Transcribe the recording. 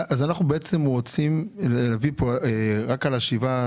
אז אנחנו בעצם רוצים להביא פה רק על השבעה?